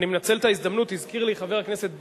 אני מנצל את ההזדמנות, הזכיר לי חבר הכנסת בילסקי,